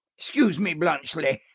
excuse me, bluntschli.